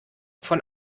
von